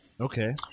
Okay